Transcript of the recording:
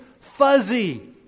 fuzzy